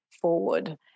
forward